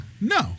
No